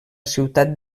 ciutat